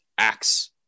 acts